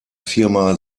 firma